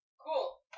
Cool